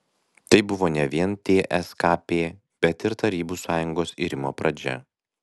tai buvo ne vien tskp bet ir tarybų sąjungos irimo pradžia